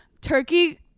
turkey